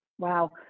Wow